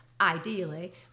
ideally